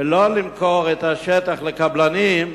ולא למכור את השטח לקבלנים.